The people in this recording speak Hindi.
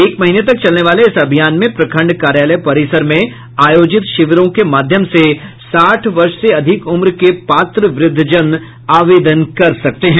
एक महीने तक चलने वाले इस अभियान में प्रखंड कार्यालय परिसर में आयोजित शिविरों के माध्यम से साठ वर्ष से अधिक उम्र के पात्र व्रद्धजन आवेदन कर सकते हैं